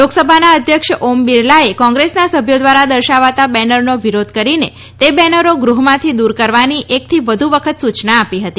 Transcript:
લોકસભાના અધ્યક્ષ ઓમ બિરલાએ કોંગ્રેસના સભ્યો દ્વારા દર્શાવાતા બેનરનો વિરોધ કરીને તે બેનરો ગૃહમાંથી દૂર કરવાની એક થી વધુ વખત સૂચના આપી હતી